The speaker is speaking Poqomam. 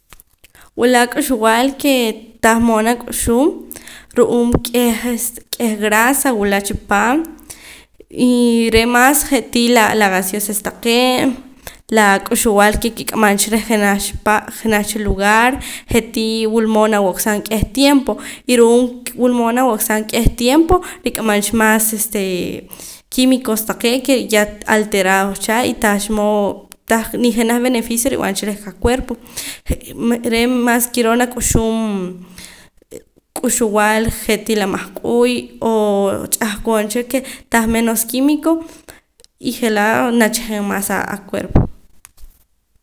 Wula k'uxb'al kee tah mood nak'uxum ru'uum k'eh este k'eh grasa wula chipaam y re' mas je'tii la gaseosas taqee' la k'uxb'al ke kik'amam cha reh jenaj cha parte jenaj cha lugar je'tii wulmood nawaqsaam k'eh tiempo y ru'uum wulmood nawaqsaam k'eh tiempo rik'amam cha mas este químicos taqee' ke ya alterados cha y tahcha mood tah nijenaj beneficio rib'an cha reh qacuerpo je' mas kiroo nak'uxum k'uxb'al je'tii la mahk'uy o ch'ahqon cha ke tah menos químico y je'laa nacha'jeem mas acuerpo